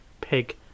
pig